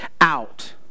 out